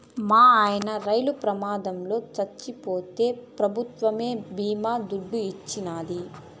మాయన్న రైలు ప్రమాదంల చచ్చిపోతే పెభుత్వమే బీమా దుడ్డు ఇచ్చినాది